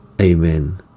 Amen